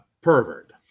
Pervert